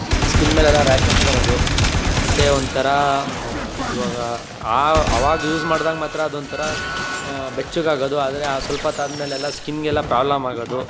ನನ್ನ ಸ್ಕಿನ್ ಮೇಲೆಲ್ಲ ರ್ಯಾಷಸ್ ಬರೋದು ಮತ್ತು ಒಂಥರ ಈವಾಗ ಆ ಆವಾಗ ಯೂಸ್ ಮಾಡಿದಾಗ ಮಾತ್ರ ಅದೊಂಥರ ಬೆಚ್ಚಗಾಗೋದು ಆದರೆ ಆ ಸ್ವಲ್ಪೊತ್ತು ಆದ್ಮೇಲೆಲ್ಲ ಸ್ಕಿನ್ಗೆಲ್ಲ ಪ್ರಾಬ್ಲಮ್ ಆಗೋದು